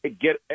get